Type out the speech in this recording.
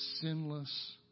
sinless